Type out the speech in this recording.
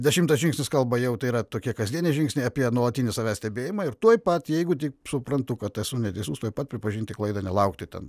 dešimtas žingsnis kalba jau tai yra tokie kasdieniai žingsniai apie nuolatinį savęs stebėjimą ir tuoj pat jeigu tik suprantu kad esu neteisus tuoj pat pripažinti klaidą nelaukti ten